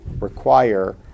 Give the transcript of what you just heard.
require